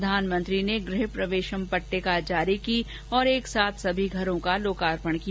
प्रधानमंत्री ने गृह प्रवेशम पटिटका जारी की और एक साथ सभी घरों का लोकार्पण किया